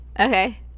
Okay